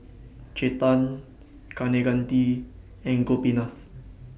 Chetan Kaneganti and Gopinath